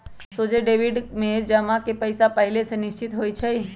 सोझे डेबिट में जमा के पइसा पहिले से निश्चित होइ छइ